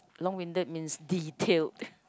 long winded means detailed